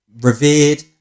revered